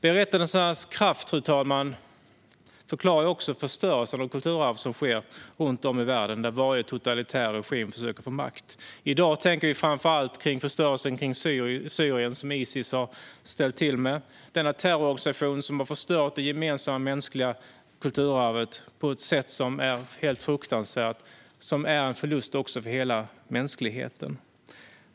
Berättelsernas kraft förklarar också den förstörelse av kulturarv som sker runt om i världen där varje totalitär regim försöker få makt. I dag tänker vi framför allt på förstörelsen i Syrien, som Isis har ställt till med - denna terrororganisation som har förstört det gemensamma mänskliga kulturarvet på ett sätt som är helt fruktansvärt. Det är en förlust också för hela mänskligheten.